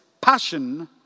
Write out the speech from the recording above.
passion